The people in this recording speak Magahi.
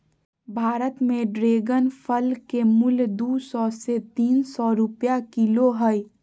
भारत में ड्रेगन फल के मूल्य दू सौ से तीन सौ रुपया किलो हइ